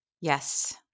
Yes